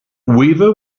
weaver